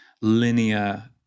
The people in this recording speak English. linear